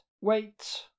wait